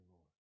Lord